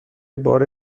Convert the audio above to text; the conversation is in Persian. بار